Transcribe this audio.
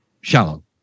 shallow